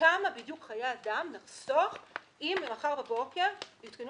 כמה בדיוק נחסוך אם מחר בבוקר יתחילו